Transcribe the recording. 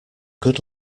good